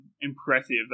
impressive